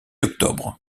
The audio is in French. octobre